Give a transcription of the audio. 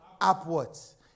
upwards